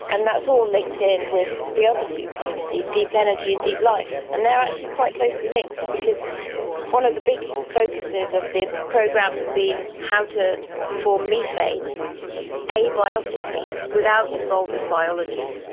and that's all linked in with the other two communities, deep energy and deep life, and they are actually quite closely linked because one of the big focuses of the program has been how to form methane abiotically, without involving biology.